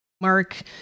Mark